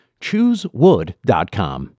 Choosewood.com